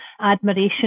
admiration